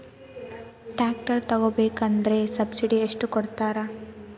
Tractor ತಗೋಬೇಕಾದ್ರೆ subsidy ಎಷ್ಟು ಕೊಡ್ತಾರ?